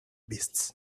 beasts